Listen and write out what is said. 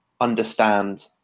understand